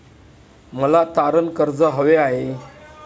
मला तारण कर्ज हवे आहे